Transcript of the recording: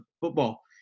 football